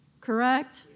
Correct